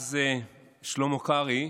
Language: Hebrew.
ואז שלמה קרעי,